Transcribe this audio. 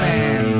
Man